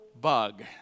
bug